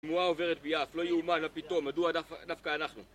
תנועה עוברת ביעף, לא יאומן, מה פתאום? מדוע דווקא אנחנו?